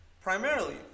Primarily